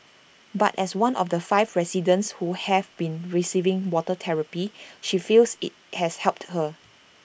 but as one of the five residents who have been receiving water therapy she feels IT has helped her